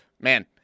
man